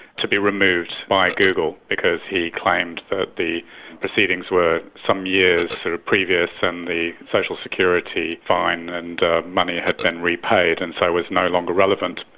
to be removed by google because he claimed that the proceedings were some years sort of previous and the social security fine and money had been repaid and so was no longer relevant.